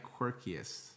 quirkiest